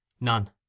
None